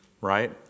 Right